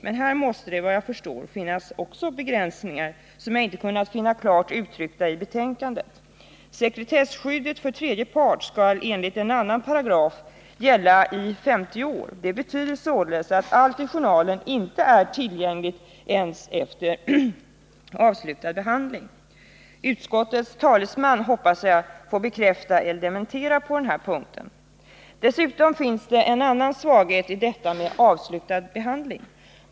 Men här måste det vad jag förstår föreligga begränsningar som jag inte kunnat finna klart uttryckta i betänkandet. Sekretesskyddet för tredje part skall enligt en annan paragraf gälla i 50 år. Det betyder således att allt i journalen inte är tillgängligt ens efter avslutad behandling. Utskottets talesman kan, hoppas jag, bekräfta eller dementera detta. Dessutom finns det en annan svaghet i detta med avslutad behandling.